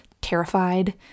terrified